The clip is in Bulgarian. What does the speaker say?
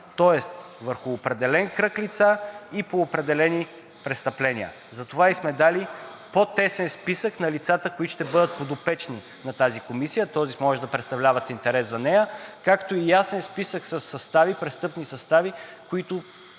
тоест върху определен кръг лица и по определени престъпления, затова и сме дали по-тесен списък на лицата, които ще бъдат подопечни на тази комисия, тоест може да представляват интерес за нея, както и ясен списък със състави, престъпни състави, които